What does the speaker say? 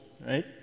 right